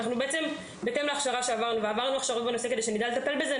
אנחנו עברנו הכשרות בנושא על מנת שנוכל לטפל בזה.